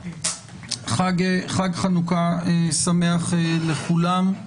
מכובדי צהרים טובים לכולם, חג חנוכה שמח לכולם.